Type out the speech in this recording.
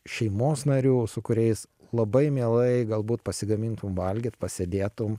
šeimos narių su kuriais labai mielai galbūt pasigamintum valgyt pasėdėtum